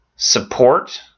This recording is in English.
Support